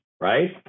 right